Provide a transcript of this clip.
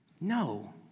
No